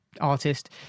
Artist